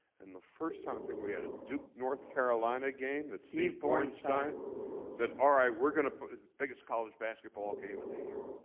and the first time, i think we had a duke, north carolina game, that steve bornstein said, all right, we're going to put on the biggest college basketball game of the year.